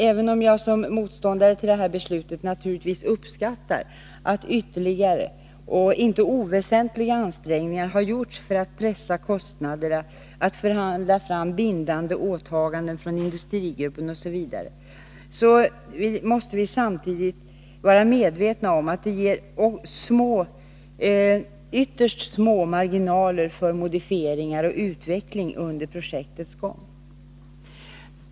Även om jag som motståndare till det här beslutet naturligtvis uppskattar att ytterligare — och inte oväsentliga — ansträngningar har gjorts för att pressa kostnader, förhandla fram bindande åtaganden från industrigruppen osv, vill jag också gärna säga att vi samtidigt måste vara medvetna om att det ger ytterst små marginaler för modifiering och utveckling under projektets gång.